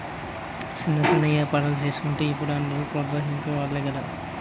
సిన్న సిన్న ఏపారాలు సేసుకోలంటే ఇప్పుడు అందరూ ప్రోత్సహించె వోలే గదా